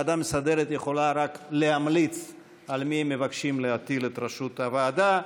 ועדה מסדרת יכולה רק להמליץ על מי מבקשים להטיל את ראשות הוועדה.